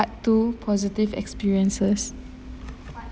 part two positive experiences